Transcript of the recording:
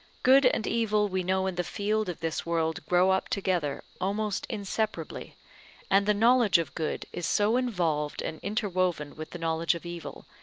good and evil we know in the field of this world grow up together almost inseparably and the knowledge of good is so involved and interwoven with the knowledge of evil,